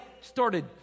started